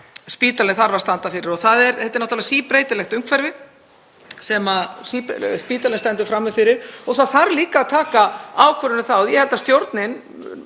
spítalinn þarf að standa fyrir. Þetta er náttúrlega síbreytilegt umhverfi sem spítalinn stendur frammi fyrir og það þarf líka að taka ákvörðun um það, og ég held að væntanleg